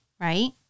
right